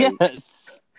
yes